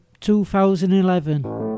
2011